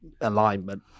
alignment